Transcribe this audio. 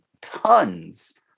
tons